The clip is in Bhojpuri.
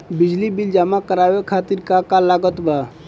बिजली बिल जमा करावे खातिर का का लागत बा?